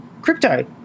crypto